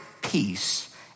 peace